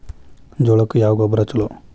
ಜೋಳಕ್ಕ ಯಾವ ಗೊಬ್ಬರ ಛಲೋ?